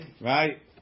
Right